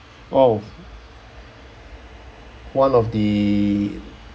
oh one of the